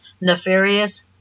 nefarious